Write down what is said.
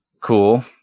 Cool